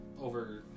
over